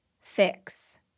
fix